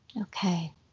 Okay